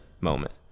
moment